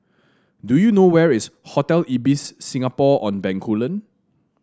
do you know where is Hotel Ibis Singapore On Bencoolen